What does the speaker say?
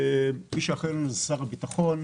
מי שאחראי עלינו הוא שר הביטחון,